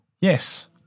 Yes